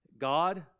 God